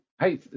hey